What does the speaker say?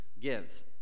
gives